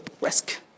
risk